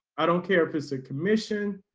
i don't care if it's a commission,